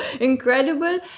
incredible